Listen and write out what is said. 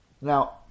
Now